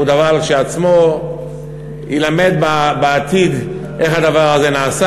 הוא דבר שכשלעצמו יילמד בעתיד איך הדבר הזה נעשה.